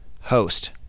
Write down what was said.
host